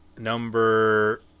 Number